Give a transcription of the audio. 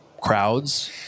crowds